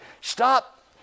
Stop